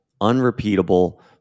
unrepeatable